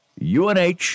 UNH